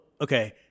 Okay